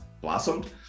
blossomed